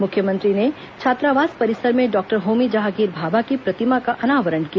मुख्यमंत्री ने छात्रावास परिसर में डॉक्टर होमी जहांगीर भाभा की प्रतिमा का अनावरण किया